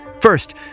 First